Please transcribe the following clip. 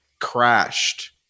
crashed